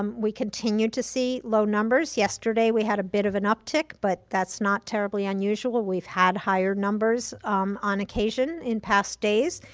um we continue to see low numbers. yesterday, we had a bit of an uptick, but that's not terribly unusual. we've had higher numbers on occasion in past days.